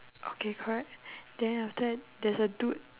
okay correct then after that there's a dude